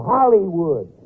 Hollywood